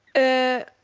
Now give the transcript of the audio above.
a